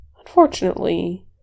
Unfortunately